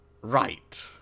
right